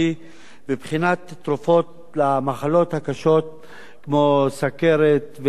מבחינת תרופות למחלות הקשות כמו סוכרת וסרטן